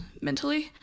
mentally